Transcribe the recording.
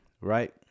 right